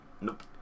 Nope